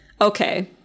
okay